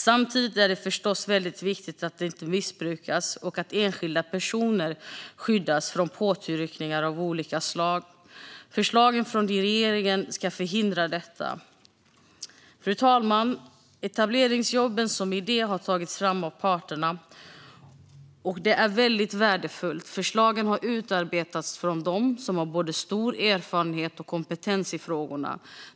Samtidigt är det förstås väldigt viktigt att systemet inte missbrukas och att enskilda personer skyddas från påtryckningar av olika slag. Förslagen från regeringen ska förhindra missbruk och skydda enskilda. Fru talman! Etableringsjobben som idé har tagits fram av parterna, och det är väldigt värdefullt. Förslagen har utarbetats av dem som har både stor erfarenhet och kompetens i frågorna.